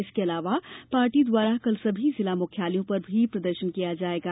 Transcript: इसके अलावा पार्टी द्वारा कल सभी जिला मुख्यालयो पर भी प्रदर्शन किया जाएगा